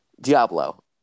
Diablo